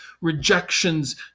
rejections